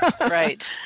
Right